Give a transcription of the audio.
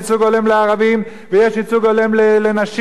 יש ייצוג הולם לערבים ויש ייצוג הולם לנשים,